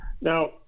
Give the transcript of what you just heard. Now